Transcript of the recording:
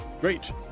Great